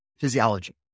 physiology